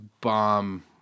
bomb